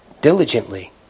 diligently